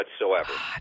whatsoever